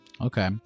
Okay